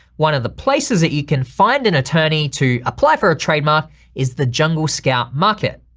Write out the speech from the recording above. one of the places that you can find an attorney to apply for a trademark is the jungle scout market.